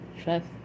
trust